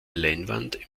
leinwand